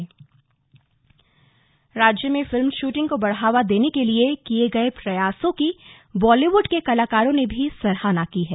सराहना राज्य में फिल्म शूटिंग को बढ़ावा देने के लिए किए गए प्रयासों की बॉलीवुड़ के कलाकारों ने भी सराहना की है